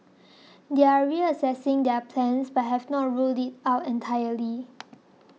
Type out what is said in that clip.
they are reassessing their plans but have not ruled out entirely